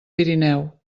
pirineu